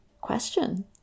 question